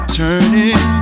turning